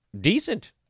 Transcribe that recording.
decent